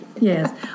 Yes